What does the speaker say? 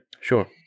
sure